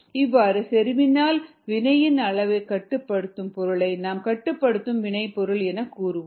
இவ்வாறு செறிவினால் வினையின் அளவைக் கட்டுப்படுத்தும் பொருளை நாம் கட்டுப்படுத்தும் வினைபொருள் என கூறுவோம்